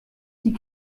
die